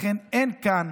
לכן, אין כאן